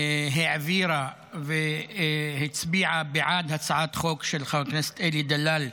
העבירה והצביעה בעד הצעת חוק של חבר הכנסת אלי דלל,